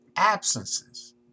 absences